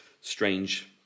strange